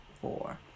four